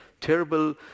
terrible